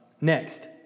Next